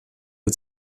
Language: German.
wir